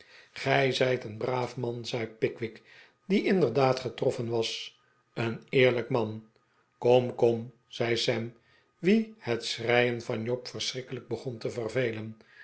gij zijt een braaf man zei pickwick die inderdaad getroffen was een eerlijk man kom kom zei sam wien het schreien van job verschrikkelijk begon te vervelen